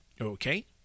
Okay